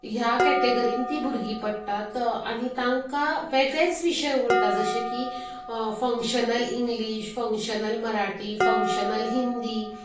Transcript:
ह्या कॅटॅगरींत तीं भुरगी पडटात आनी तांकां वेगळेच विशय उरता जशे की functional English functional Marathi functional Hindi